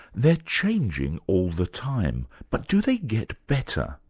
they're changing all the time, but do they get better?